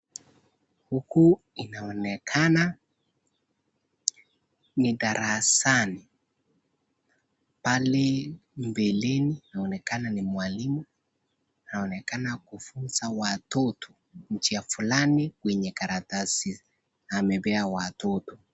Huku inaonekana ni darasani pale mbeleni inaonekana ni mwalimu. Anaonekaana kufunza watoto nji fulani yenye karatasi amepea watoto.